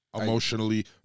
Emotionally